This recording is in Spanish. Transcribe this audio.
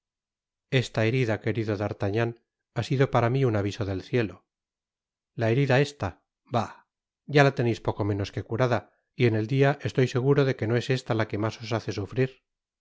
esta herida querido d'artagnan ha sido para mi un aviso del cielo la herida esta bah ya la teneis poco menos que curada y en el dia estoy seguro de que no es esta la que mas os hace sufrir